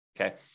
Okay